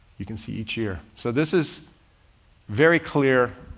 you can see each year, so this is very clear.